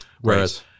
Whereas